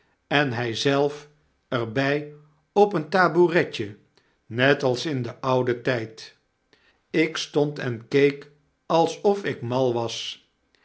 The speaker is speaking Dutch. en hy zelf er bij op een tabouretje net als in den ouden tyd ik stond en keek alsof ik mal was